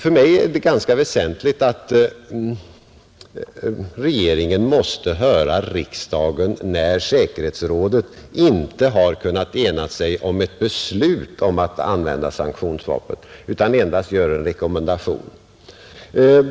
För mig är det ganska väsentligt att regeringen måste höra riksdagen när säkerhetsrådet inte har kunnat ena sig om ett bindande beslut att använda sanktionsvapnet utan endast gör en rekommendation.